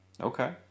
Okay